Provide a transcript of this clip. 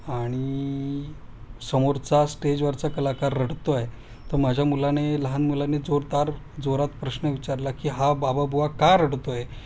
आणि समोरचा स्टेजवरचा कलाकार रडत आहे तर माझ्या मुलाने लहान मुलानी जोरदार जोरात प्रश्न विचारला की हा बाबा बुवा का रडत आहे